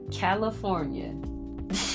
California